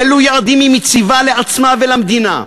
אילו יעדים היא מציבה לעצמה ולמדינה.